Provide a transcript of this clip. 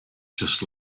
just